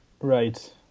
right